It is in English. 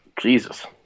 Jesus